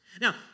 Now